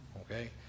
Okay